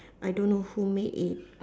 I don't know who made it